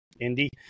Indy